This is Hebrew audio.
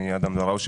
אני אדהם דראושה,